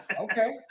okay